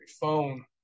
Phone